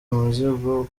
umuzigo